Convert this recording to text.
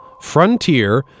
Frontier